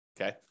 Okay